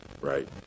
right